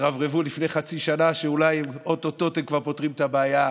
שהתרברבו לפני חצי שנה שאולי או-טו-טו הם כבר פותרים את הבעיה,